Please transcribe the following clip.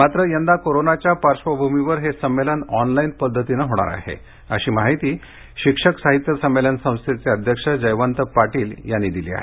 मात्र यंदा कोरोनाच्या पार्श्वभूमीवर हे संमेलन ऑनलाईन पद्धतीनं होणार आहे अशी माहिती शिक्षक साहित्य संमेलन संस्थेचे अध्यक्ष जयवंत पाटील यांनी दिली आहे